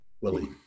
Willie